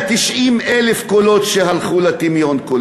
כ-190,000 קולות הלכו לטמיון.